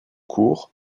court